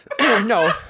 No